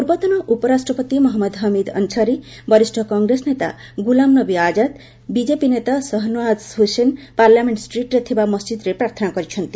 ପୂର୍ବତନ ଉପରାଷ୍ଟ୍ରପତି ମହଞ୍ମଦ ହମିଦ ଅନସାରୀବରିଷ୍ଠ କଂଗ୍ରେସ ନେତା ଗୁଲାମନବୀ ଆଜାଦ୍ ବିଜେପି ନେତା ସହନୱାଜ ହୁସେନ ପାର୍ଲାମେଣ୍ଟ ଷ୍ଟ୍ରିଟ୍ରେ ଥିବା ମସ୍କିଦ୍ରେ ପ୍ରାର୍ଥନା କରିଛନ୍ତି